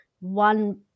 one